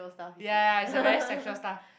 ya ya it's a very sexual stuff